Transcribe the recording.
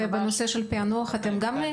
ובנושא של פענוח אתם גם תציגו?